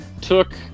took